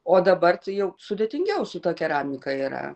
o dabar tai jau sudėtingiau su ta keramika yra